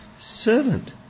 servant